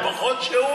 אתה שמח פחות שהוא,